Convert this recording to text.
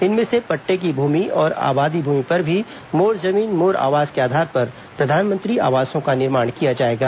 इनमें से पट्टे की भूमि और आबादी भूमि पर भी मोर जमीन मोर आवास के आधार पर प्रधानमंत्री आवासों का निर्माण किया जाएगा